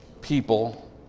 people